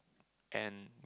and